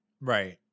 Right